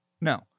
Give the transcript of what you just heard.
No